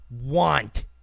want